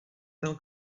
tam